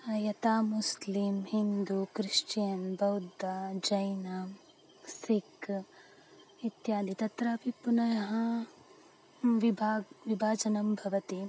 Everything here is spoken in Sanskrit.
हा यथा मुस्लिम् हिन्दुक्रिश्चियन्बौद्दजैनसिख् इत्यादि तत्रापि पुनः विभागः विभाजनं भवति